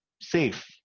safe